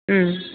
उम